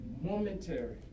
Momentary